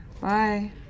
Bye